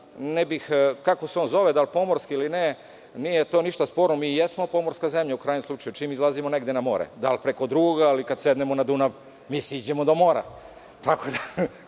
bih kako se on zove, da li pomorski ili ne, nije to ništa sporno, mi jesmo pomorska zemlja u krajnjem slučaju, čim izlazimo negde na more, da li preko drugoga, ali kada sednemo na Dunav mi siđemo do mora, spustimo,